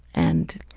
and,